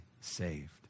saved